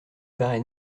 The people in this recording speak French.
paraît